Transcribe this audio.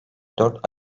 dört